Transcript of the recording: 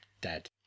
dead